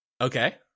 Okay